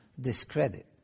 discredit